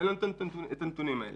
אין לנו את הנתונים האלה.